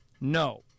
No